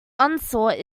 unsought